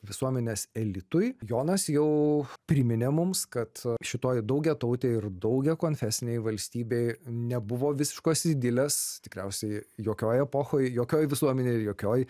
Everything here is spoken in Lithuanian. visuomenės elitui jonas jau priminė mums kad šitoj daugiatautėj ir daugiakonfesinėj valstybėj nebuvo visiškos idilės tikriausiai jokioj epochoj jokioj visuomenėj ir jokioj